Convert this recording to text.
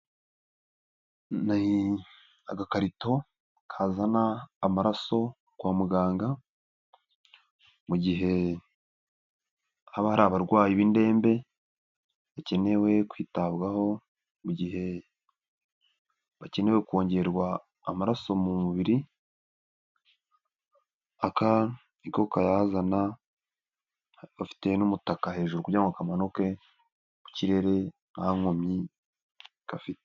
Ni agakarito kazana amaraso kwa muganga mu gihe haba hari abarwayi b'indembe bakenewe kwitabwaho mu gihe bakeneye kongerwa amaraso mu mubiri aka ni ko kayazana gafite n'umutaka hejuru kugira ngo kamanuke ku kirere nta nkomyi gafite.